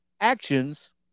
actions